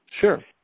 Sure